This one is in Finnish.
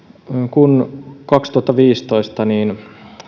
kun vuonna kaksituhattaviisitoista